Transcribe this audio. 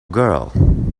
girl